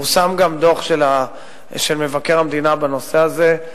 פורסם גם דוח של מבקר המדינה בנושא הזה.